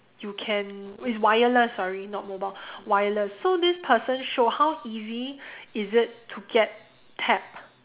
you can it's wireless sorry not mobile wireless so this person showed how easy is it to get tapped